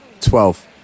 Twelve